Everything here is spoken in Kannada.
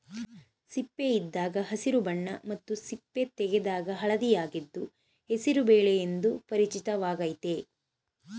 ಸಿಪ್ಪೆಯಿದ್ದಾಗ ಹಸಿರು ಬಣ್ಣ ಮತ್ತು ಸಿಪ್ಪೆ ತೆಗೆದಾಗ ಹಳದಿಯಾಗಿದ್ದು ಹೆಸರು ಬೇಳೆ ಎಂದು ಪರಿಚಿತವಾಗಯ್ತೆ